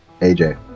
AJ